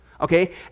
okay